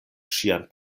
ŝian